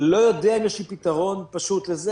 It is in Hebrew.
לא יודע אם יש לי פתרון פשוט לזה.